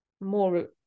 more